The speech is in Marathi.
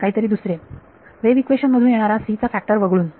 काहीतरी दुसरे वेव्ह इक्वेशन मधून येणारा c चा फॅक्टर वगळून